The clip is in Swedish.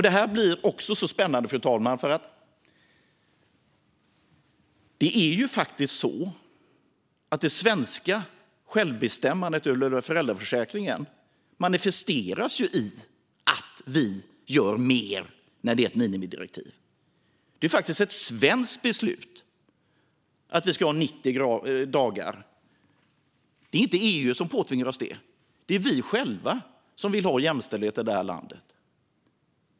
Detta blir också så spännande, fru talman, för det svenska självbestämmandet över föräldraförsäkringen manifesteras ju i att vi gör mer när det är ett minimidirektiv. Det är faktiskt ett svenskt beslut att vi ska ha 90 dagar. Det är inte EU som påtvingar oss det. Det är vi själva som vill ha jämställdhet i det här landet.